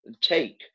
take